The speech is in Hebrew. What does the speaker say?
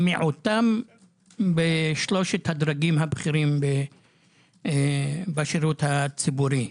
מיעוטם בשלושת הדרגים הבכירים בשירות הציבורי.